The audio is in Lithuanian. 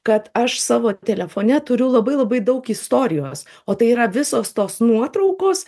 kad aš savo telefone turiu labai labai daug istorijos o tai yra visos tos nuotraukos